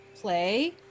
play